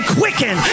quicken